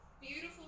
beautiful